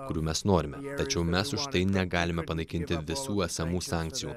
kurių mes norime tačiau mes už tai negalime panaikinti visų esamų sankcijų